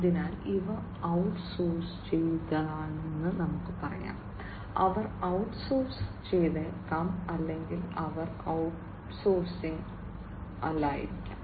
അതിനാൽ ഇവ ഔട്ട്സോഴ്സ് ചെയ്തതാണെന്ന് നമുക്ക് പറയാം അവർ ഔട്ട്സോഴ്സ് ചെയ്തേക്കാം അല്ലെങ്കിൽ അവർ ഔട്ട്സോഴ്സിംഗ് അല്ലായിരിക്കാം